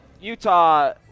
Utah –